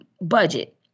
budget